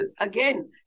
again